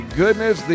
goodness